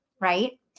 right